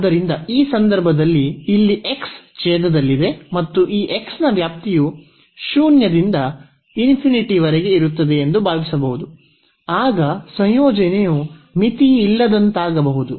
ಆದ್ದರಿಂದ ಈ ಸಂದರ್ಭದಲ್ಲಿ ಇಲ್ಲಿ x ಛೇದದಲ್ಲಿದೆ ಮತ್ತು ಈ x ನ ವ್ಯಾಪ್ತಿಯು 0 ರಿಂದ ವರೆಗೆ ಇರುತ್ತದೆ ಎಂದು ಭಾವಿಸಬಹುದು ಆಗ ಸಂಯೋಜನೆಯು ಮಿತಿಯಿಲ್ಲದಂತಾಗಬಹುದು